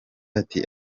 ati